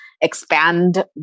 expand